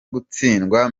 gutsindwa